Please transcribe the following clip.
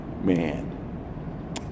man